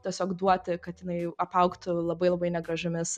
tiesiog duoti kad jinai apaugtų labai labai negražiomis